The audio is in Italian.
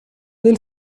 del